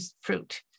fruit